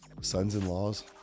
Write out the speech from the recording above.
Sons-in-laws